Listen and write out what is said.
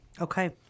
okay